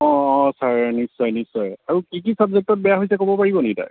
অঁ অঁ ছাৰ নিশ্চয় নিশ্চয় আৰু কি কি ছাব্জেক্টত বেয়া হৈছে ক'ব পাৰিব নেকি ছাৰ